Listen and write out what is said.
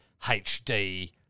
HD